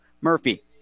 Murphy